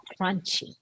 crunchy